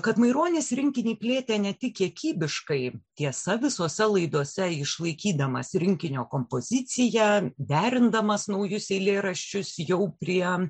kad maironis rinkinį plėtė ne tik kiekybiškai tiesa visose laidose išlaikydamas rinkinio kompoziciją derindamas naujus eilėraščius jau prie